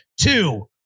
Two